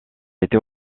était